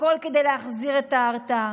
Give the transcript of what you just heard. הכול כדי להחזיר את ההרתעה.